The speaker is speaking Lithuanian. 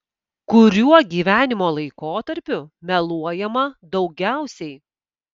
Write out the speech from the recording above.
kuriuo gyvenimo laikotarpiu meluojama daugiausiai